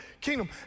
kingdom